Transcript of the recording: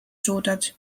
suudad